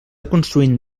construint